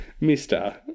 Mister